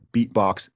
Beatbox